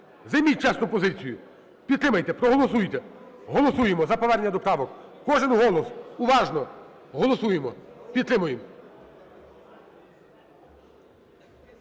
Займіть чесну позицію. Підтримайте, проголосуйте. Голосуємо за повернення до правок. Кожен голос. Уважно. Голосуємо. Підтримуємо.